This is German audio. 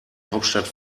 hauptstadt